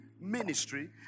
ministry